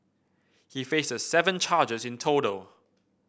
he faces seven charges in total